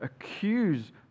accuse